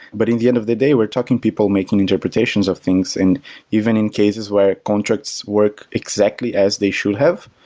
but in the end of the day we're talking people making interpretations of things. even in cases where contracts work exactly as they should have,